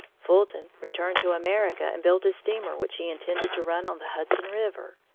fulton returned to america and built a steamer which he intended to run on the hudson river.